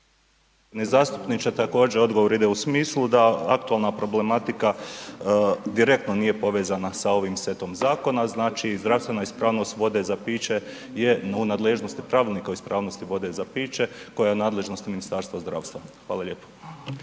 Zastupniče također odgovor ide u smislu da aktualna problematika direktno nije povezana sa ovim setom zakona, znači zdravstvena ispravnost vode za piće je u nadležnosti Pravilnika o ispravnosti vode za piće koja nadležnost je Ministarstva zdravstva. Hvala lijepa.